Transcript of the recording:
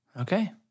Okay